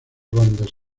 rondas